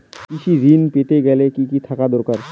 কৃষিঋণ পেতে গেলে কি কি থাকা দরকার?